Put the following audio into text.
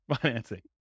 financing